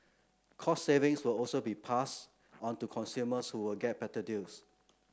cost savings will also be passed onto consumers who will get better deals